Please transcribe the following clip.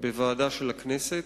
בוועדה של הכנסת.